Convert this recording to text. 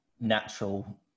natural